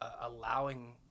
allowing